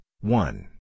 one